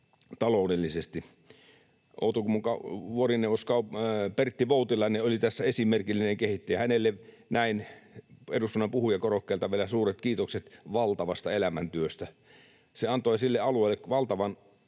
taloudellisesti. Outokummun vuorineuvos Pertti Voutilainen oli tässä esimerkillinen kehittäjä — hänelle näin eduskunnan puhujakorokkeelta vielä suuret kiitokset valtavasta elämäntyöstä. Se antoi sille alueelle valtavan